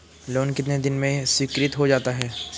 Loan कितने दिन में स्वीकृत हो जाता है?